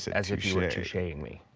as if you were toucheing me.